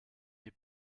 die